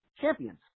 champions